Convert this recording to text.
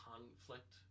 conflict